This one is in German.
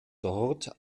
dort